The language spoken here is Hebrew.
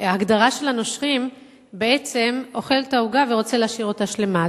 בהגדרה של הנושרים בעצם אוכל את העוגה ומשאיר אותה שלמה.